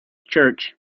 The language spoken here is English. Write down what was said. church